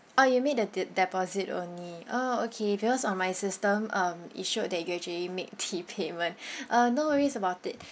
uh you made the de~ deposit only orh okay because on my system um it showed that you actually made the payment uh no worries about it